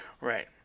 Right